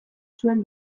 zuen